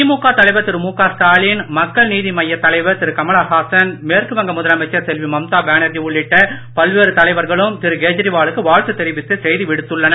திமுக தலைவர் திரு ஸ்டாலின் மக்கள் நீதி மய்யத் தலைவர் திரு கமலஹாசன் மேற்குவங்க முதலமைச்சர் செல்வி மம்தா பேனர்ஜி உள்ளிட்ட பல்வேறு தலைவர்களும் திரு கெஜரிவாலுக்கு வாழ்த்து தெரிவித்து செய்தி விடுத்துள்ளனர்